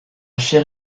chair